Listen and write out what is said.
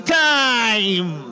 time